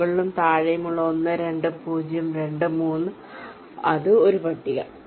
മുകളിലും താഴെയുമുള്ള 1 2 0 2 3 ഒരു ആദ്യ പട്ടികയാണ്